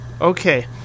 Okay